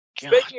Speaking